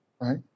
right